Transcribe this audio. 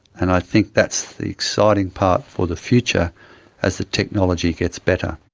and i think that's the exciting part for the future as the technology gets better.